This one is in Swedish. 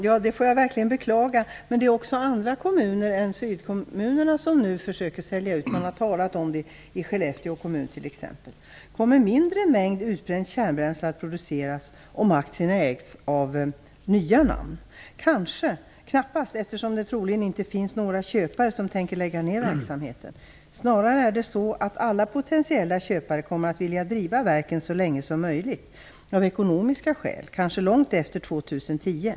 Herr talman! Jag får verkligen beklaga det. Men det finns också andra kommuner än sydkommunerna som nu försöker sälja ut aktier. Man har t.ex. talat om det i Skellefteå kommun. Kommer en mindre mängd utbränt kärnbränsle att produceras om aktierna ägs av nya namn? Så blir det knappast eftersom det troligen inte finns några köpare som tänker lägga ner verksamheten. Det är snarare så att alla potentiella köpare kommer att vilja driva verken så länge som möjligt av ekonomiska skäl, kanske långt efter år 2010.